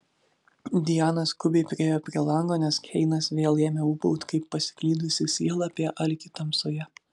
diana skubiai priėjo prie lango nes keinas vėl ėmė ūbauti kaip pasiklydusi siela apie alkį tamsoje